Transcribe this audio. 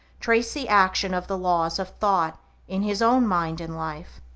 trace the action of the laws of thought in his own mind and life,